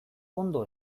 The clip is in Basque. ondo